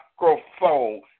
microphone